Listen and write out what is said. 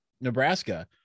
Nebraska